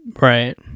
Right